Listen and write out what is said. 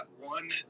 one